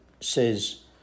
says